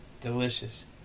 Delicious